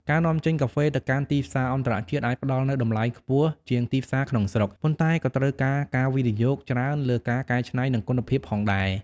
ការនាំចេញកាហ្វេទៅកាន់ទីផ្សារអន្តរជាតិ អាចផ្តល់នូវតម្លៃខ្ពស់ជាងទីផ្សារក្នុងស្រុក ប៉ុន្តែក៏ត្រូវការការវិនិយោគច្រើនលើការកែច្នៃ និងគុណភាពផងដែរ។